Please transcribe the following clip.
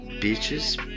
beaches